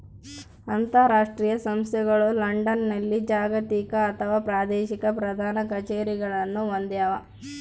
ಅಂತರಾಷ್ಟ್ರೀಯ ಸಂಸ್ಥೆಗಳು ಲಂಡನ್ನಲ್ಲಿ ಜಾಗತಿಕ ಅಥವಾ ಪ್ರಾದೇಶಿಕ ಪ್ರಧಾನ ಕಛೇರಿಗಳನ್ನು ಹೊಂದ್ಯಾವ